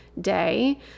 day